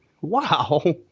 Wow